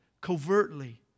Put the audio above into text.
covertly